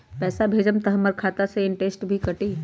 पैसा भेजम त हमर खाता से इनटेशट भी कटी?